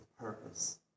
purpose